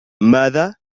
ماذا